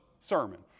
sermon